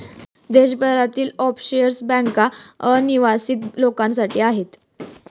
देशभरातील ऑफशोअर बँका अनिवासी लोकांसाठी आहेत